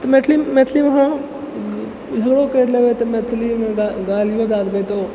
तऽ मैथिली मैथिलीमे मैथिलीमे अहाँ झगड़ो कर लेबै तऽ मैथिलीमे गालियो दय देबै तऽ